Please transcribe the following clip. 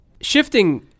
shifting